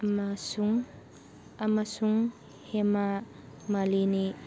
ꯑꯃꯁꯨꯡ ꯑꯃꯁꯨꯡ ꯍꯦꯃꯥ ꯃꯥꯂꯤꯅꯤ